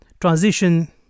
transition